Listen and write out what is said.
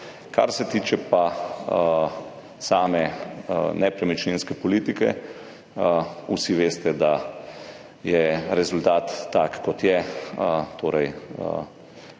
Kar se tiče pa same nepremičninske politike, vsi veste, da je rezultat tak, kot je, torej